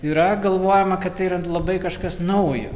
yra galvojama kad tai yra labai kažkas naujo